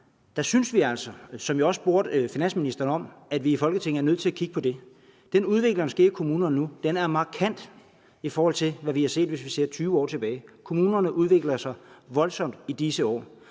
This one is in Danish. synes vi altså, som jeg også stillede spørgsmål til finansministeren om, at vi i Folketinget er nødt til at kigge på det. Den udvikling, der sker i kommunerne nu, er markant, i forhold til hvad vi har set, hvis vi ser 20 år tilbage. Kommunerne udvikler sig voldsomt i disse år.